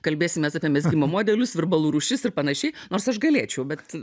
kalbėsimės apie mezgimo modelius virbalų rūšis ir panašiai nors aš galėčiau bet